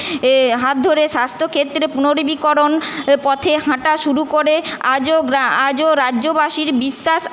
হাত ধরে স্বাস্থ্য ক্ষেত্রে পুনর্বীকরণ এ পথে হাঁটা শুরু করে আজও গ্রা আজও রাজ্যবাসীর বিশ্বাস